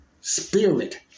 spirit